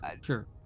Sure